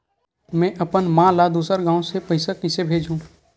में अपन मा ला दुसर गांव से पईसा कइसे भेजहु?